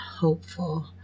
hopeful